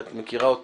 מכירה את